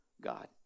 God